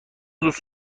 دوست